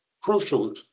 crucial